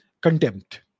contempt